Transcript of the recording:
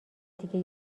دیگه